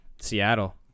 Seattle